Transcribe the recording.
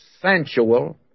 sensual